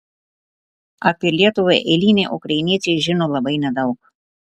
apie lietuvą eiliniai ukrainiečiai žino labai nedaug